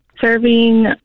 Serving